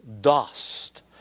dust